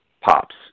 pops